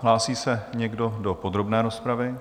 Hlásí se někdo do podrobné rozpravy?